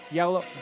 yellow